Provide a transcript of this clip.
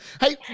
hey